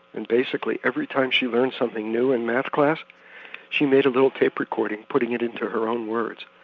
and basically every time she learned something new in math class she made a little tape-recording putting it into her own words.